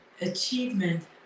achievement